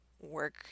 work